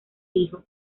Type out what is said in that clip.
hijos